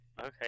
okay